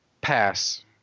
pass